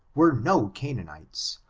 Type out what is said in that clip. were no canaanites,